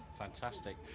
Fantastic